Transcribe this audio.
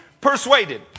persuaded